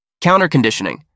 Counterconditioning